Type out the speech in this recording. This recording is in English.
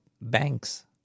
banks